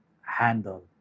handle